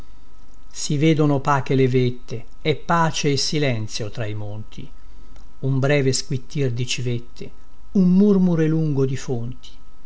si vedono opache le vette è pace e silenzio tra i monti un breve squittir di civette un murmure lungo di fonti